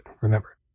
remember